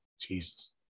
Jesus